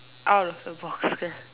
out of the box ya